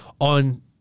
on